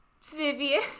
Vivian